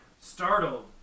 startled